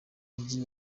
mujyi